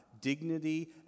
dignity